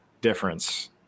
difference